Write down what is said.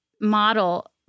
model